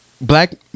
Black